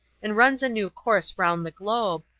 and runs a new course around the globe,